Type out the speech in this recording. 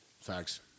Facts